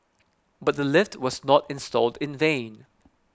but the lift was not installed in vain